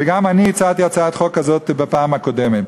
וגם אני הצעתי הצעת חוק כזאת בפעם הקודמת.